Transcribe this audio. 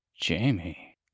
Jamie